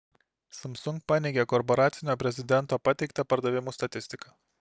samsung paneigė korporacinio prezidento pateiktą pardavimų statistiką